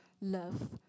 love